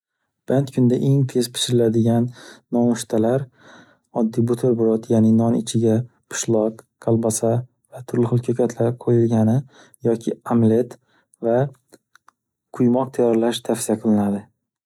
Band kunda eng tez pishiriladigan nonushtalar oddiy buterbrod, yaʼni non ichiga pishloq, kolbasa va turli xil ko'katlar qo'yilgani, yoki amlet va quymoq tayyorlash tavsiya qilinadi.